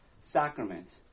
sacrament